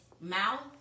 mouth